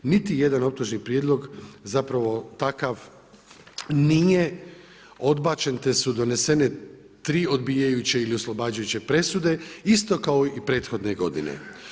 Niti jedan optužni prijedlog zapravo takav nije odbačen te su donesene 3 odbijajuće ili oslobađajuće presude, isto kao i prethodne godine.